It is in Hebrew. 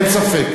אין ספק.